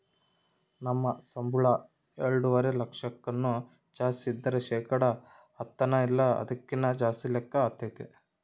ನಮ್ ಸಂಬುಳ ಎಲ್ಡುವರೆ ಲಕ್ಷಕ್ಕುನ್ನ ಜಾಸ್ತಿ ಇದ್ರ ಶೇಕಡ ಹತ್ತನ ಇಲ್ಲ ಅದಕ್ಕಿನ್ನ ಜಾಸ್ತಿ ಲೆಕ್ಕ ಆತತೆ